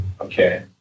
Okay